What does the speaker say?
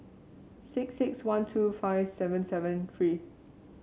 six six one two five seven seven three